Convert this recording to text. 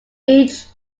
each